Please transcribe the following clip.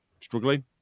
struggling